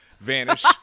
vanish